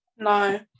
No